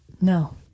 No